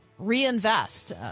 Reinvest